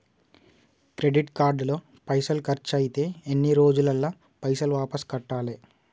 Credit card లో పైసల్ ఖర్చయితే ఎన్ని రోజులల్ల పైసల్ వాపస్ కట్టాలే?